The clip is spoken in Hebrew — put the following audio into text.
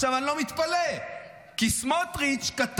אני לא מתפלא, כי סמוטריץ' כתב,